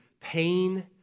pain